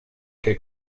que